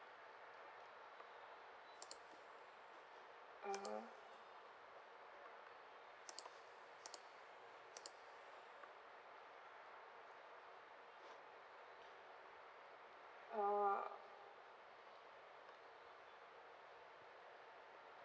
(uh huh) ah